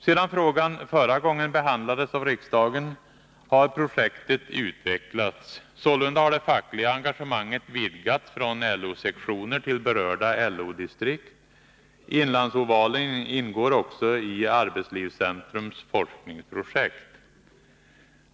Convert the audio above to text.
Sedan frågan förra gången behandlades av riksdagen har projektet utvecklats. Sålunda har det fackliga engagemanget vidgats från LO-sektioner till berörda LO-distrikt. Inlandsovalen ingår också i Arbetslivscentrums forskningsprojekt.